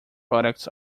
products